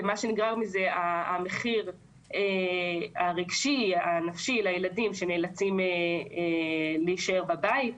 ונגרר ממנו המחיר הרגשי והנפשי של הילדים שנאלצים להישאר בבית,